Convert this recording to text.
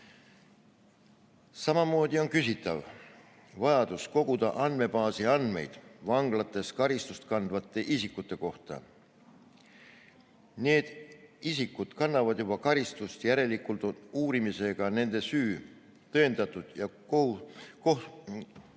Samamoodi on küsitav vajadus koguda andmebaasi andmeid vanglas karistust kandvate isikute kohta. Need isikud kannavad juba karistust, järelikult on uurimisega nende süü tõendatud, kohuski